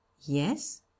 Yes